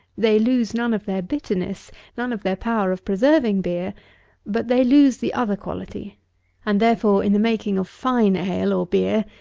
they lose none of their bitterness none of their power of preserving beer but they lose the other quality and therefore, in the making of fine ale, or beer,